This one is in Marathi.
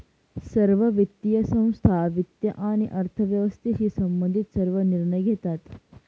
सर्व वित्तीय संस्था वित्त आणि अर्थव्यवस्थेशी संबंधित सर्व निर्णय घेतात